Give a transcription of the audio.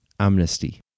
Amnesty